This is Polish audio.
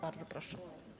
Bardzo proszę.